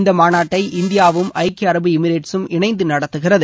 இந்த மாநாட்டை இந்தியாவும் ஐக்கிய அரபு எமிரேட்சும் இணைந்து நடத்துகிறது